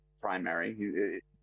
primary